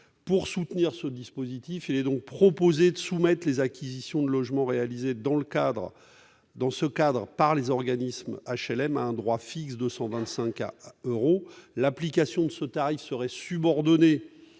Pour soutenir ce dispositif, il est proposé de soumettre les acquisitions de logements réalisées dans ce cadre par les organismes d'HLM à un droit fixe de 125 euros. L'application de ce tarif serait subordonnée